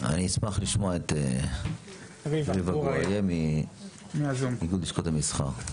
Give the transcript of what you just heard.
לשמוע את ריבה גור אריה מאיגוד לשכות המסחר.